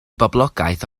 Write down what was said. boblogaeth